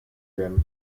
werden